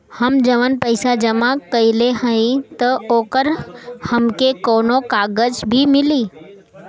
हम जवन पैसा जमा कइले हई त ओकर हमके कौनो कागज भी मिली?